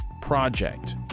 Project